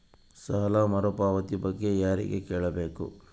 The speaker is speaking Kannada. ಸಾಲ ಮರುಪಾವತಿ ಬಗ್ಗೆ ಯಾರಿಗೆ ಕೇಳಬೇಕು?